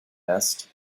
nest